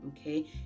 okay